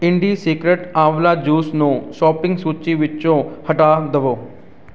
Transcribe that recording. ਇੰਡੀਸਿਕ੍ਰੇਟ ਆਂਵਲਾ ਜੂਸ ਨੂੰ ਸ਼ੋਪਿੰਗ ਸੂਚੀ ਵਿੱਚੋਂ ਹਟਾ ਦਵੋ